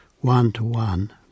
one-to-one